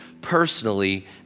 personally